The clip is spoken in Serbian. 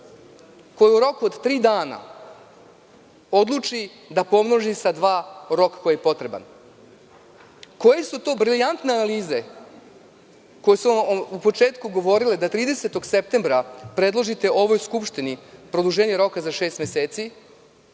koja u roku od tri dana odluči da pomnoži sa dva rok koji je potreban? Koje su to brilijantne analize koje su vam u početku govorile da 30. septembra predložite ovoj skupštini produženje roka za šest meseci,